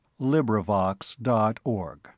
LibriVox.org